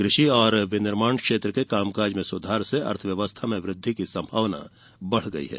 कृषि और विनिर्माण क्षेत्र के कामकाज में सुधार से अर्थव्यवस्था में वृद्धि की संभावना बढ़ी है